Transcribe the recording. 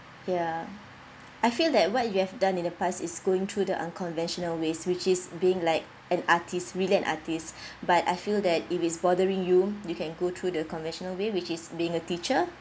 ya I feel that what you have done in the past is going through the unconventional ways which is being like an artiste really an artiste but I feel that if it's bothering you you can go through the conventional way which is being a teacher